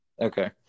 Okay